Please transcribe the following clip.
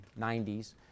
90s